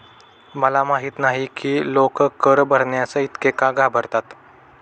मला माहित नाही की लोक कर भरण्यास इतके का घाबरतात